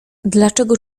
dlaczego